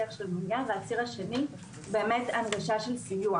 והציר השני הוא בהנגשה של סיוע